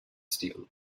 steel